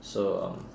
so um